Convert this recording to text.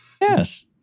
Yes